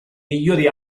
migliori